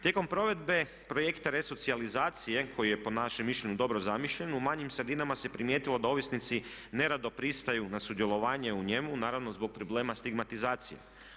Tijekom provedbe projekta resocijalizacije koji je po našem mišljenju dobro zamišljen, u manjim sredinama se primijetilo da ovisnici nerado pristaju na sudjelovanje u njemu, naravno zbog problema stigmatizacije.